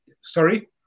Sorry